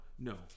No